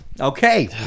Okay